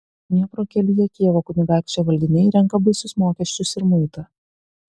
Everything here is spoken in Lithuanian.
dniepro kelyje kijevo kunigaikščio valdiniai renka baisius mokesčius ir muitą